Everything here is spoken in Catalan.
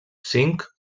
cinc